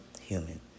human